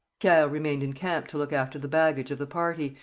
pierre remained in camp to look after the baggage of the party,